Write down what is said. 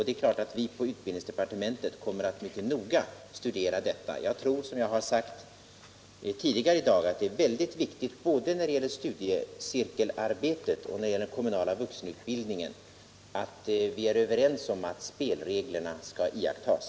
Det är klart att vi på utbildningsdepartementet mycket noggrant kommer att studera detta. Som jag sagt tidigare i dag tror jag att det är mycket viktigt både när det gäller studiecirkelarbetet och när det gäller den kommunala vuxenutbildningen att vi är överens om att spelreglerna skall iakttas.